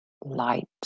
light